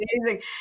amazing